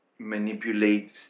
manipulate